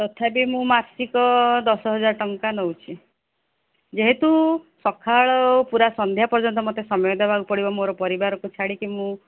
ତଥାପି ମୁଁ ମାସିକ ଦଶ ହଜାର ଟଙ୍କା ନେଉଛି ଯେହେତୁ ସକାଳୁ ପୁରା ସନ୍ଧ୍ୟା ପର୍ଯ୍ୟନ୍ତ ମୋତେ ସମୟ ଦେବାକୁ ପଡ଼ିବ ମୋର ପରିବାରକୁ ଛାଡ଼ିକି ମୁଁ